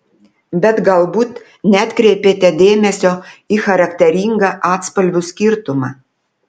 bet galbūt neatkreipėte dėmesio į charakteringą atspalvių skirtumą